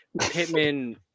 Pittman